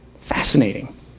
Fascinating